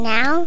Now